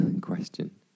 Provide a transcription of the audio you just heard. question